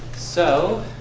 so